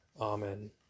Amen